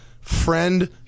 friend